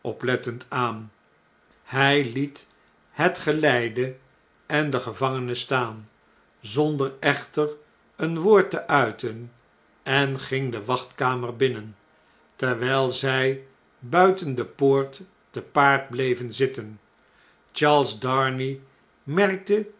oplettend aan hjj liet het geleide en den gevangene staan zonder echter een woord te uiten en ging de wachtkamer binnen terwijl zjj buiten de poort te paard bleven zitten charles darnay merkte